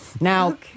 Now